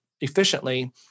efficiently